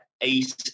eight